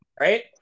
right